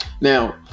Now